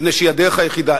מפני שהיא הדרך היחידה.